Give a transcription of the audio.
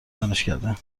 دانشکده